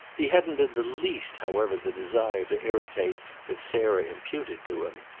he hadn't in the least however the desire to irritate that sarah imputed to him,